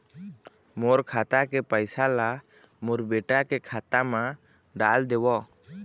मोर खाता के पैसा ला मोर बेटा के खाता मा डाल देव?